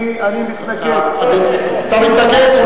אני מתנגד, אתה מתנגד?